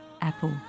apple